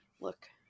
look